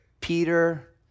Peter